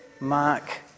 Mark